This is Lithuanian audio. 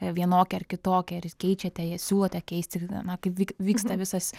vienokia ar kitokia ar keičiate siūlote keisti na kaip vi vyksta visas